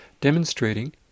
demonstrating